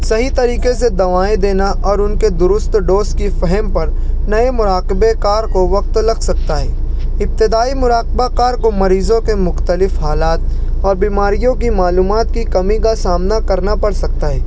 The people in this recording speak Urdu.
صحیح طریقے سے دوائیں دینا اور ان کے درست ڈوز کی فہم پر نئے مراقبے کار کو وقت لگ سکتا ہے ابتدائی مراقبہ کار کو مریضوں کے مختلف حالات اور بیماریوں کی معلومات کی کمی کا سامنا کرنا پڑ سکتا ہے